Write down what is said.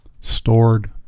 stored